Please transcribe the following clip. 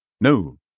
No